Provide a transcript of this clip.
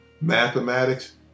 mathematics